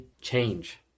change